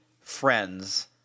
friends